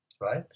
right